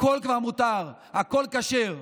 הכול כבר מותר הכול כשר.